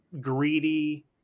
greedy